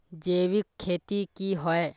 जैविक खेती की होय?